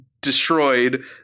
destroyed